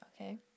Okay